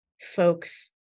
folks